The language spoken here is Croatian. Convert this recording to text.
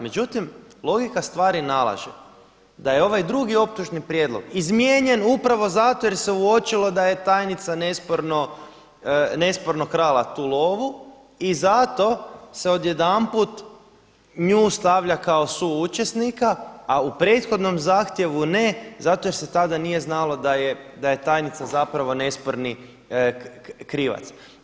Međutim, logika stvari nalaže da je ovaj drugi optužni prijedlog izmijenjen upravo zato jer se uočilo da je tajnica nesporno krala tu lovu i zato se odjedanput nju stavlja kao suučesnika, a u prethodnom zahtjevu ne zato jer se tada nije znalo da je tajnica zapravo nesporni krivac.